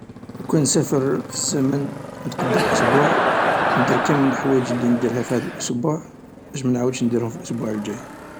لوكان نسافر في الزمن و نتقدم اسبوع ندير كامل لحوايج اللي نديرها في هذا الأسبوع باش منعودش نديرهم في الأسبوع الجاي.